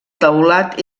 teulat